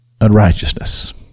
unrighteousness